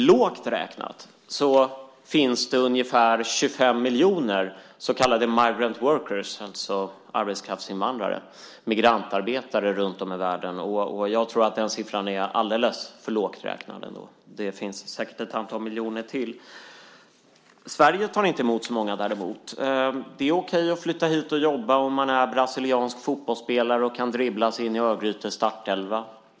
Lågt räknat finns det ungefär 25 miljoner så kallade migrant workers , alltså arbetskraftsinvandrare, migrantarbetare, runtom i världen. Jag tror att den siffran är alldeles för lågt räknad. Det finns säkert ett antal miljoner till. Sverige tar inte emot så många däremot. Det är okej att flytta hit och jobba om man är brasiliansk fotbollsspelare och kan dribblas in i Örgryte.